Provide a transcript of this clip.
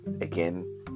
again